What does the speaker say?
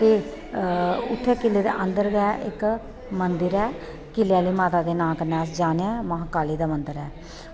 ते उत्थें किले दे अंदर गै इक मंदर ऐ किले आह्ली माता दे नांऽ कन्नै अस जानने आं महाकाली दा मंदर ऐ